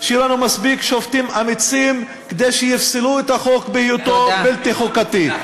יהיו לנו מספיק שופטים אמיצים כדי שיפסלו את החוק בהיותו בלתי חוקתי.